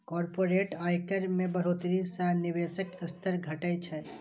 corporate आयकर मे बढ़ोतरी सं निवेशक स्तर घटै छै